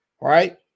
right